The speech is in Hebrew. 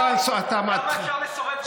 כמה אפשר לסובב את העובדות?